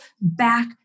back